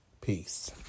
Peace